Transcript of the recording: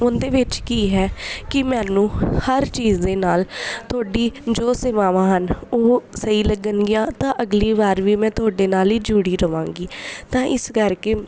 ਉਹਦੇ ਵਿੱਚ ਕੀ ਹੈ ਕਿ ਮੈਨੂੰ ਹਰ ਚੀਜ਼ ਦੇ ਨਾਲ ਤੁਹਾਡੀ ਜੋ ਸੇਵਾਵਾਂ ਹਨ ਉਹ ਸਹੀ ਲੱਗਣਗੀਆਂ ਤਾਂ ਅਗਲੀ ਵਾਰ ਵੀ ਮੈਂ ਤੁਹਾਡੇ ਨਾਲ ਹੀ ਜੁੜੀ ਰਹਾਂਗੀ ਤਾਂ ਇਸ ਕਰਕੇ